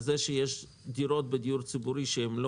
על זה שיש דירות בדיור הציבורי שהן לא